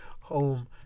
home